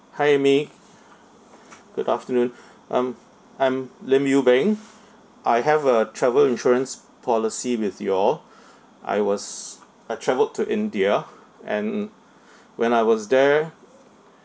hi amy good afternoon um I'm lim you bing I have a travel insurance policy with you all I was I travelled to india and when I was there